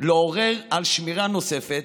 לעורר על שמירה נוספת,